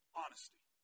honesty